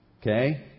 Okay